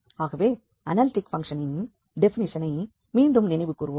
ஆகவே அனாலிட்டிக் பங்க்ஷனின் டெபினிஷனை மீண்டும் நினைவு கூறுவோம்